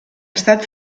estat